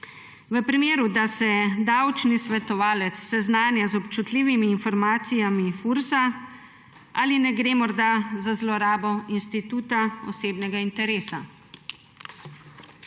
sprašujem: Če se davčni svetovalec seznanja z občutljivimi informacijami Fursa, ali ne gre morda za zlorabo instituta osebnega interesa?